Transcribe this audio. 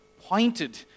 pointed